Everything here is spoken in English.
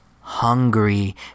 hungry